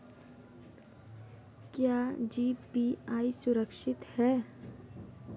क्या जी.पी.ए सुरक्षित है?